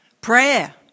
prayer